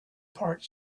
part